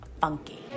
funky